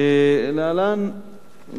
להלן כמה